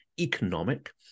economic